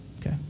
Okay